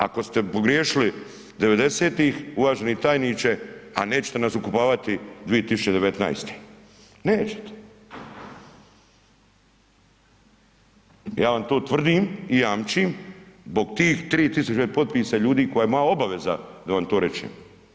Ako ste pogriješili devedesetih uvaženi tajniče, a nećete nas ukopavati 2019., nećete, ja vam to tvrdim i jamčim zbog tih 3.000 potpisa ljudi koja je moja obaveza da vam to rečem.